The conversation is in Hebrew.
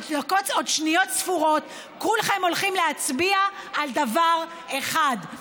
בעוד שניות ספורות כולכם הולכים להצביע על דבר אחד: